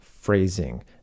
phrasing